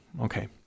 Okay